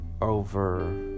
over